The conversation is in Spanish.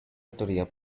autoridad